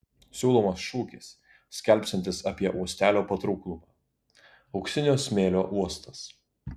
siūlomas šūkis skelbsiantis apie uostelio patrauklumą auksinio smėlio uostas